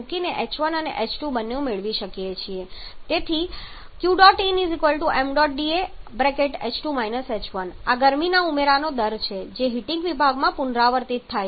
તેથી કુલ ગરમીની જરૂરિયાત આ પ્રમાણે આવશે Q̇in ṁda h2 − h1 તેથી આ ગરમી ઉમેરાનો દર છે જે હીટિંગ વિભાગમાં પુનરાવર્તિત થાય છે